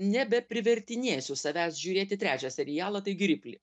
nebeprivertinėsiu savęs žiūrėti trečio serialo taigi riplį